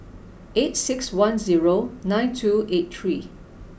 eight six one zero nine two eight three